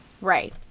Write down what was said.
Right